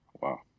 Wow